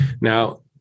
Now